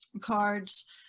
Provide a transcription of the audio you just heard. cards